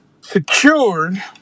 secured